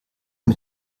mit